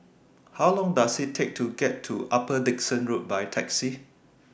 How Long Does IT Take to get to Upper Dickson Road By Taxi